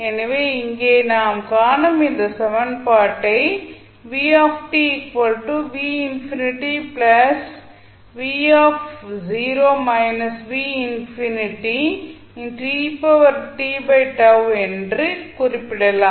எனவே இங்கே நாம் காணும் இந்த சமன்பாட்டை என்று குறிப்பிடலாம்